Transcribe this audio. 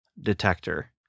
detector